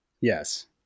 Yes